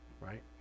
right